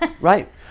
Right